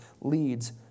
leads